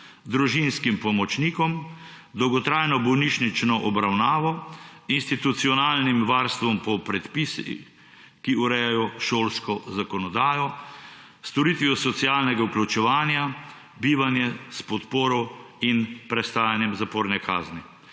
družinskim pomočnikom, dolgotrajno bolnišnično obravnavo, institucionalnim varstvom po predpisih, ki urejajo šolsko zakonodajo, storitvijo socialnega vključevanja bivanje s podporo in prestajanjem zaporne kazni.